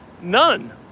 none